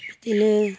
बिदिनो